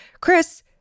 Chris